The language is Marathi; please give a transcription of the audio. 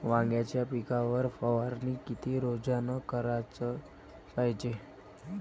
वांग्याच्या पिकावर फवारनी किती रोजानं कराच पायजे?